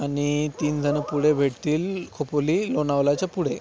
आणि तीनजण पुढे भेटतील खोपोली लोणावळाच्या पुढे